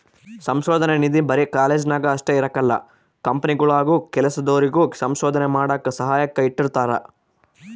ಸಂಶೋಧನಾ ನಿಧಿ ಬರೆ ಕಾಲೇಜ್ನಾಗ ಅಷ್ಟೇ ಇರಕಲ್ಲ ಕಂಪನಿಗುಳಾಗೂ ಕೆಲ್ಸದೋರಿಗೆ ಸಂಶೋಧನೆ ಮಾಡಾಕ ಸಹಾಯಕ್ಕ ಇಟ್ಟಿರ್ತಾರ